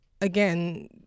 again